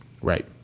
Right